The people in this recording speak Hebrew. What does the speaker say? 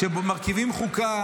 כשמרכיבים חוקה